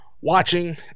watching